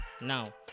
now